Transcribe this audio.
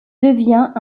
devient